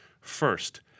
First